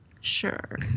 Sure